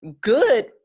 good